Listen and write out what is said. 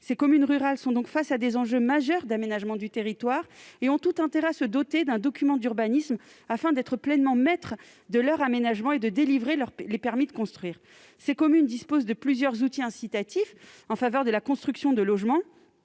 de ménages. Elles font donc face à des enjeux majeurs d'aménagement du territoire et ont tout intérêt à se doter d'un document d'urbanisme afin d'être pleinement maîtres de leur aménagement et de délivrer leurs permis de construire. Ces communes disposent de plusieurs outils incitatifs en faveur de la construction de logements.